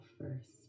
first